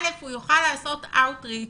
הוא יוכל לעשות אאוט ריצ'